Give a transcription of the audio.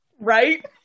Right